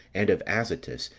and of azotus,